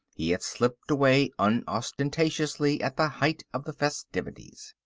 he had slipped away unostentatiously at the height of the festivities.